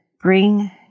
bring